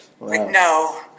No